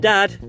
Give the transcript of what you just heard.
Dad